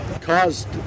caused